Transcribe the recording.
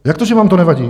Jak to, že vám to nevadí?